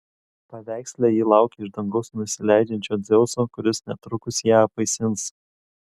paveiksle ji laukia iš dangaus nusileidžiančio dzeuso kuris netrukus ją apvaisins